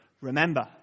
Remember